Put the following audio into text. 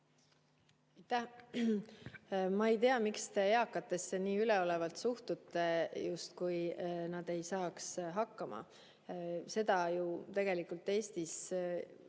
Ma ei tea, miks te eakatesse nii üleolevalt suhtutute, justkui nad ei saaks hakkama. Tegelikult Eestis